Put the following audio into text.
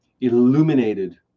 illuminated